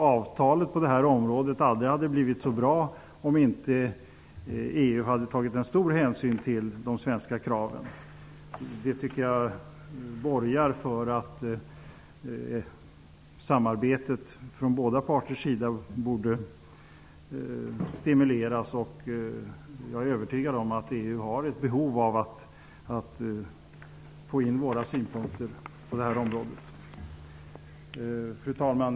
Avtalet på det här området hade aldrig blivit så bra om inte EU hade tagit stor hänsyn till de svenska kraven. Det tycker jag borgar för att samarbetet från båda parters sida borde stimuleras. Jag är övertygad om att EU har ett behov av att få in våra synpunkter på det här området. Herr talman!